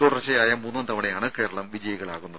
തുടർച്ചയായ മൂന്നാം തവണയാണ് കേരളം വിജയികളാവുന്നത്